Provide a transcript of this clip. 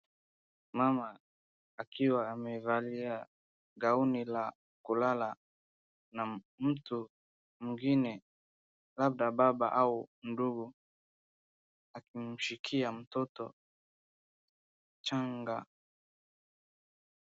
Mama akiwa amevalia gauni la kulala, na mtu mwingine, labda baba au ndugu, akimshikia mtoto mchanga.